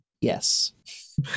Yes